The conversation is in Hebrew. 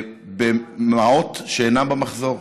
במעות שאינן במחזור.